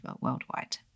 worldwide